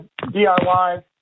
DIY